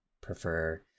Prefer